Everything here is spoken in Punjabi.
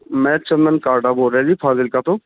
ਮੈਂ ਚੰਦਨ ਕਾਰਡਾ ਬੋਲ ਰਿਹਾ ਜੀ ਫਾਜ਼ਿਲਕਾ ਤੋਂ